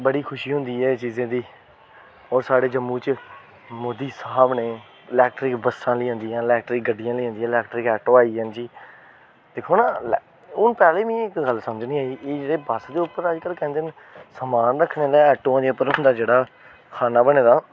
बड़ी खुशी होंदी ऐ इनें चीजें दी होर साढ़े जम्मू च मोदी साह्ब ने इलेक्ट्रिक बस्सां लेई आंदिया इलेक्ट्रिक गड्डियां लेई आंदिया इंलेक्ट्रिक आटो आई गे न जी दिक्खो ना हून पैह्ले मिगी इक गल्ल समझ नी आई हून कि एह् जेह्ड़े बस दे उप्पर जेह्ड़े कैंह्दे न समान रक्खना आटो दे उप्पर रक्खना जेह्ड़ा खान्ना बने दा ओह्